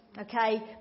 Okay